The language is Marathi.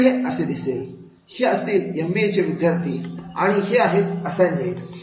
तर हे असे दिसेल हे असतील एमबीएचे विद्यार्थी आणि हे आहे असाइनमेंट